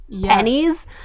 pennies